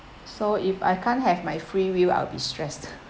so if I can't have my free will I'll be stressed